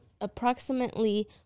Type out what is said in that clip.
approximately